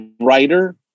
writer